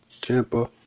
Champa